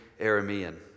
Aramean